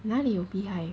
哪里有 beehive